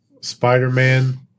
Spider-Man